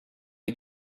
les